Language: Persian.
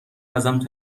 ازم